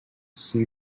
sea